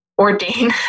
ordain